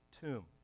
tomb